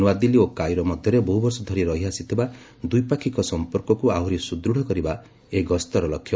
ନୂଆଦିଲ୍ଲୀ ଓ କାଇରୋ ମଧ୍ୟରେ ବହୁ ବର୍ଷ ଧରି ରହିଆସିଥିବା ଦ୍ୱିପାକ୍ଷିକ ସଂପର୍କକୁ ଆହୁରି ସୁଦୂଢ଼ କରିବା ଏହି ଗସ୍ତର ଲକ୍ଷ୍ୟ